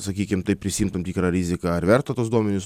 sakykim taip prisiimt tam tikrą riziką ar verta tuos duomenis